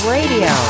Radio